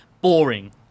Boring